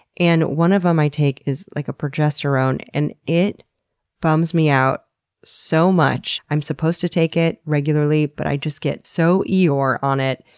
and one of them um i take is, like, a progesterone, and it bums me out so much. i'm supposed to take it regularly but i just get so eeyore on it,